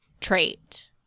trait